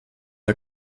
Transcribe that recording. der